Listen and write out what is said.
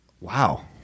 Wow